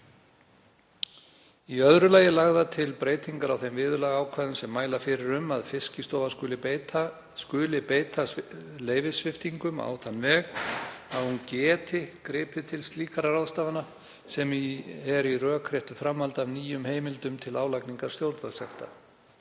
Í öðru lagi eru lagðar til breytingar á þeim viðurlagaákvæðum sem mæla fyrir um að Fiskistofa skuli beita leyfissviptingum á þann veg að hún geti gripið til slíkra ráðstafana, sem er í rökréttu framhaldi af nýjum heimildum til álagningar stjórnvaldssekta.